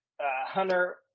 Hunter